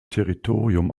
territorium